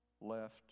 left